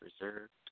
reserved